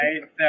right